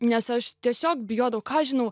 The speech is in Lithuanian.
nes aš tiesiog bijodavau ką žinau